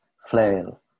flail